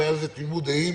שהייתה עליה תמימות דעים.